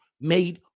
made